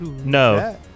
No